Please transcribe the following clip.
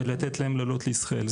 ולתת להן לעלות לישראל.